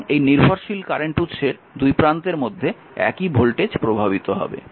সুতরাং এই নির্ভরশীল কারেন্ট উৎসের দুই প্রান্তের মধ্যে একই ভোল্টেজ প্রভাবিত হবে